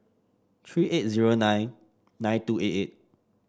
three eight zero nine nine two eight eight